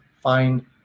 find